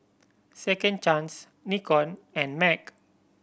Second Chance Nikon and MAG